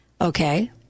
Okay